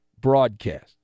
broadcast